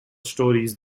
stories